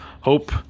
Hope